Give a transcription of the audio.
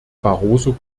barroso